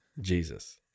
Jesus